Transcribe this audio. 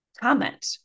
comment